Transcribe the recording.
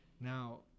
now